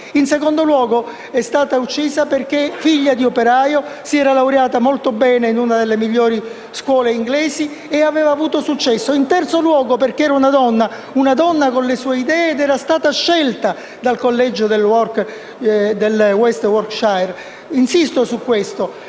In secondo luogo, è stata uccisa perché, figlia di un operaio, si era laureata molto bene in una delle migliori scuole inglesi ed aveva avuto successo. In terzo luogo, perché era una donna con le sue idee ed era stata scelta dal collegio del West Yorkshire. Insisto su questo